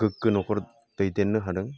गोग्गो न'खर दैदेननो हादों